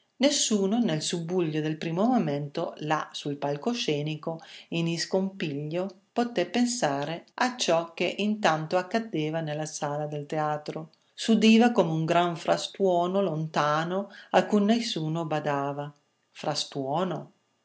nessuno nel subbuglio del primo momento là sul palcoscenico in iscompiglio poté pensare a ciò che intanto accadeva nella sala del teatro s'udiva come un gran frastuono lontano a cui nessuno badava frastuono